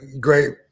great